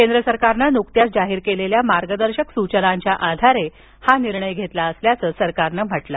केंद्र सरकारनं नुकत्याच जाहीर केलेल्या मार्गदर्शक सूचनांच्या आधारावर हा निर्णय घेतला असल्याचं सरकारनं सांगितलं